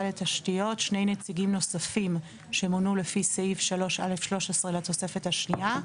לתשתיות שני נציגים נוספים שמונו לפי סעיף 3(א)(13) לתוספת השנייה,